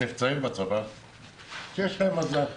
שנפצעים בצבא ויש להם מזל,